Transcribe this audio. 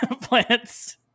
plants